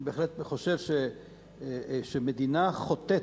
אני בהחלט חושב שמדינה החוטאת,